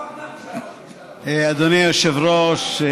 אדוני היושב-ראש,